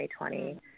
2020